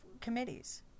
committees